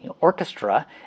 orchestra